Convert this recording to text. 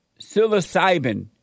psilocybin